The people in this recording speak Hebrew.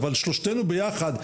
אבל שלושתנו ביחד,